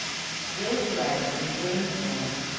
ill-bred and ill-informed,